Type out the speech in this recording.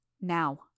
Now